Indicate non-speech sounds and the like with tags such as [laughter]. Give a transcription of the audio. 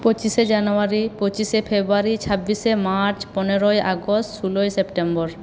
পঁচিশে জানোয়ারি পঁচিশে [unintelligible] ছাব্বিশে মার্চ পনেরোই আগস্ট ষোলই সেপ্টেম্বর